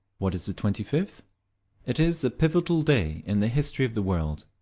what is the twenty-fifth? it is the pivotal day in the history of the world.